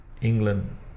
England